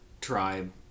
tribe